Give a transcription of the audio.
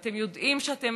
ואתם יודעים שאתם